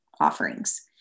offerings